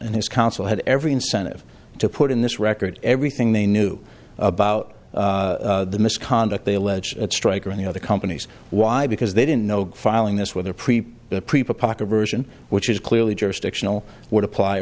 and his counsel had every incentive to put in this record everything they knew about the misconduct they allege strike or any other companies why because they didn't know filing this whether prepare prepare parker version which is clearly jurisdictional would apply